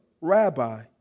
rabbi